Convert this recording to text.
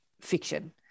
fiction